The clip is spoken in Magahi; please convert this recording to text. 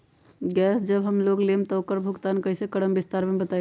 गैस जब हम लोग लेम त उकर भुगतान कइसे करम विस्तार मे बताई?